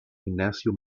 ignacio